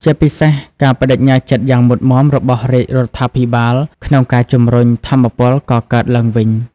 ជាពិសេស ការប្តេជ្ញាចិត្តយ៉ាងមុតមាំរបស់រាជរដ្ឋាភិបាល ក្នុងការជំរុញថាមពលកកើតឡើងវិញ។